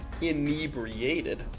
inebriated